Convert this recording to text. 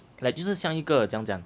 like 就是像一个怎样讲